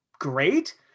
great